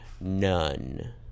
none